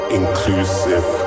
inclusive